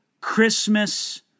Christmas